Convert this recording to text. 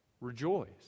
rejoice